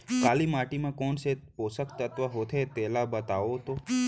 काली माटी म कोन से पोसक तत्व होथे तेला बताओ तो?